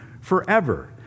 forever